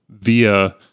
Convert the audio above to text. via